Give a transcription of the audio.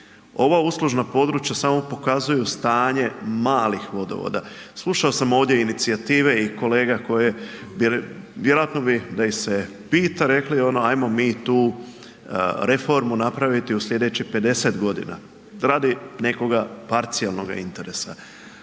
Ovo uslužna područja samo pokazuju stanje malih vodovoda. Slušao sam ovdje inicijative i kolega koje bi, vjerojatno bi da ih se pita rekli ono hajmo mi tu reformu napraviti u sljedećih 50 godina, radi nekoga parcijalnoga interesa.